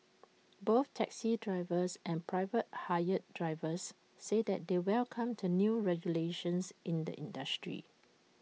both taxi drivers and private hire drivers said that they welcome the new regulations in the industry